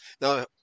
Now